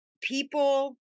people